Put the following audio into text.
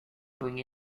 bring